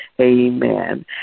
Amen